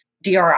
DRI